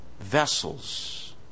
Vessels